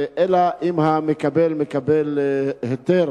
אלא אם כן המדביק מקבל היתר